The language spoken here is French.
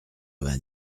vingt